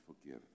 forgive